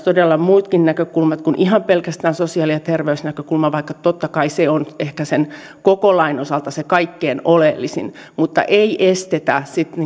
todella huomioitaisiin muutkin näkökulmat kuin ihan pelkästään sosiaali ja terveysnäkökulma vaikka totta kai se on ehkä koko lain osalta se kaikkein oleellisin mutta ei estetä